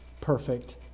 perfect